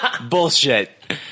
Bullshit